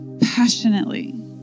passionately